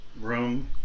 room